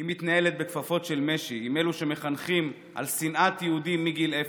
היא מתנהלת בכפפות של משי עם אלו שמחנכים על שנאת יהודים מגיל אפס,